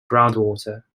groundwater